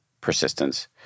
persistence